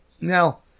Now